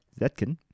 Zetkin